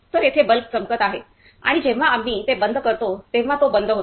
तर येथे बल्ब चमकत आहे आणि जेव्हा आम्ही ते बंद करतो तेव्हा तो बंद होते